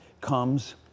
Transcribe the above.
comes